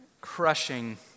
crushing